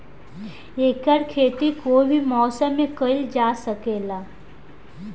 एकर खेती कोई भी मौसम मे कइल जा सके ला